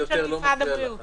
אני לא מפריע לך יותר.